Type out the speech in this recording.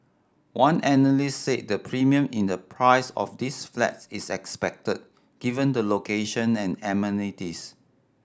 one analyst said the premium in the price of these flats is expected given the location and amenities